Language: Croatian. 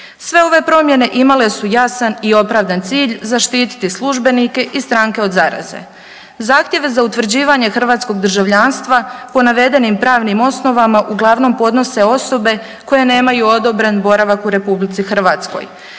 Sve ove promjene imale su jasan i opravdan cilj, zaštititi službenike i stranke od zaraze. Zahtjeve za utvrđivanje hrvatskog državljanstva po navedenim pravnim osnovama uglavnom podnose osobe koje nemaju odobren boravak u RH. Stoga